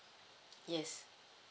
yes